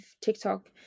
TikTok